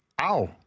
ow